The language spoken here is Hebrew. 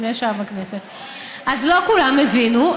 אז: לא כולם הבינו,